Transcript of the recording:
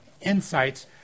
insights